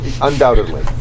Undoubtedly